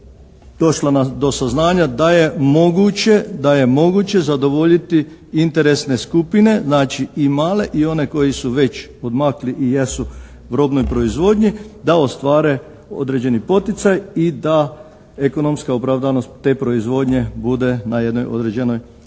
došla do saznanja da je moguće zadovoljiti interesne skupine, znači i male i one koji su već odmakli i jesu u robnoj proizvodnji, da ostvare određeni poticaj i da ekonomska opravdanost te proizvodnje bude na jednoj određenoj razini.